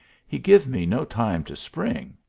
he give me no time to spring.